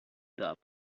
doubt